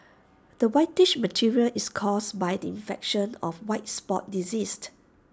the whitish material is caused by the infection of white spot disease